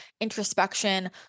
introspection